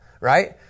right